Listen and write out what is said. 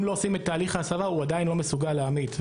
אם לא עושים את תהליך ההסבה הוא עדיין לא מסוגל להמית,